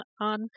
on